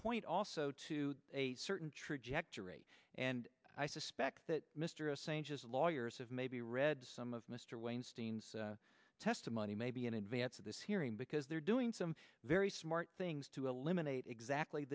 point also to a certain trajectory and i suspect that mr assange his lawyers have maybe read some of mr wainstein testimony maybe in advance of this hearing because they're doing some very smart things to eliminate exactly